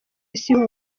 isi